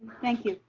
thank you.